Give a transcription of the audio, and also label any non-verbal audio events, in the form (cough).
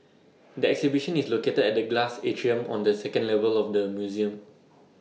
(noise) the exhibition is located at the glass atrium on the second level of the museum